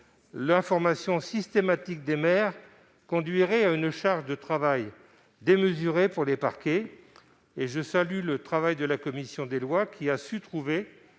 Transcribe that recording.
l'information systématique des maires entraînerait une charge de travail démesurée pour les parquets. Je salue le travail de la commission des lois, qui a su trouver